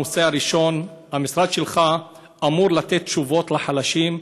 הנושא הראשון: המשרד שלך אמור לתת תשובות לחלשים,